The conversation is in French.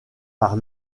par